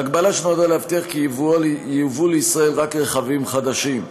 הגבלה שנועדה להבטיח כי ייובאו לישראל רק רכבים חדשים.